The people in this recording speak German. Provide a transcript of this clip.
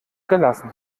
gelassen